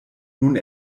nun